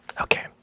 Okay